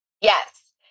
Yes